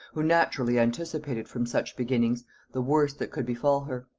who naturally anticipated from such beginnings the worst that could befal her.